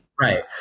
Right